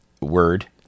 word